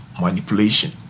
manipulation